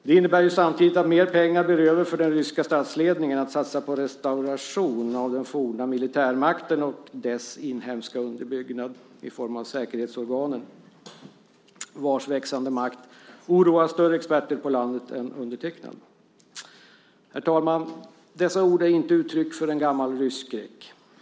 Det innebär samtidigt att mer pengar blir över för den ryska statsledningen att satsa på restauration av den forna militärmakten och dess inhemska underbyggnad i form av säkerhetsorganen, vars växande makt oroar större experter på landet än jag. Herr talman! Dessa ord är inte uttryck för en gammal rysskräck.